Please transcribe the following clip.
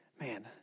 man